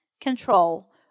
control